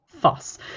fuss